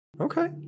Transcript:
okay